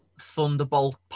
Thunderbolt